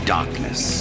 Darkness